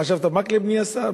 חשבת שמקלב נהיה שר?